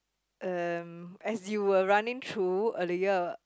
um as you were running through a the year